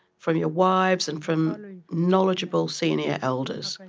from your wives and from knowledgeable senior elders.